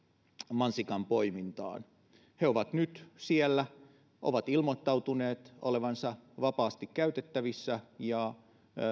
mansikanpoimintaan he ovat nyt siellä ovat ilmoittautuneet olevansa vapaasti käytettävissä ja